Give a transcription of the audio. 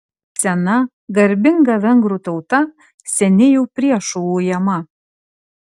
sena garbinga vengrų tauta seniai jau priešų ujama